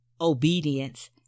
obedience